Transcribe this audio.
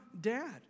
dad